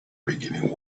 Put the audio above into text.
beginning